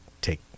take